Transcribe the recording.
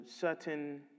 certain